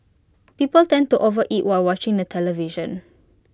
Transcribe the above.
people tend to overeat while watching the television